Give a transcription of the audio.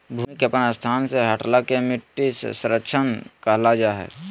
भूमि के अपन स्थान से हटला के मिट्टी क्षरण कहल जा हइ